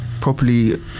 properly